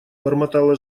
бормотала